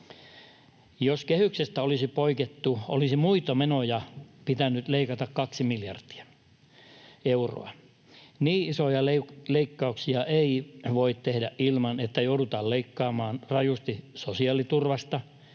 Jos kehyksestä olisi poikettu, olisi muita menoja pitänyt leikata kaksi miljardia euroa. Niin isoja leikkauksia ei voi tehdä ilman, että joudutaan leikkaamaan rajusti sosiaaliturvasta,